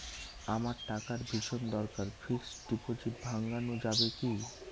আমার টাকার ভীষণ দরকার ফিক্সট ডিপোজিট ভাঙ্গানো যাবে কি?